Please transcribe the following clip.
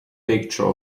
picture